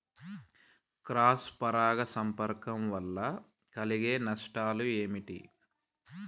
Cross పరాగ సంపర్కం వల్ల కలిగే నష్టాలు ఏమిటి?